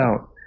out